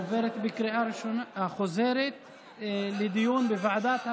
עוברת בקריאה ראשונה וחוזרת לדיון בוועדת הכנסת.